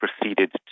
proceeded